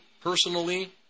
personally